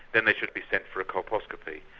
then they should be sent for a colposcopy.